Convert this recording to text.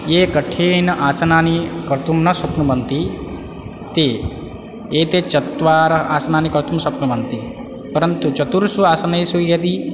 ये कठिण आसनानि कर्तुं न शक्नुवन्ति ते एते चत्वार आसनानि कर्तुं शक्नुवन्ति परन्तु चतुर्षु आसनेसु यदि